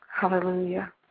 Hallelujah